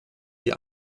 die